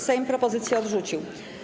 Sejm propozycje odrzucił.